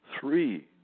three